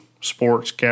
sports